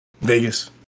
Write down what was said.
Vegas